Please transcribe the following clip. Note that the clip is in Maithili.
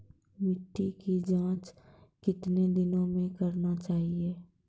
मिट्टी की जाँच कितने दिनों मे करना चाहिए?